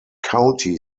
county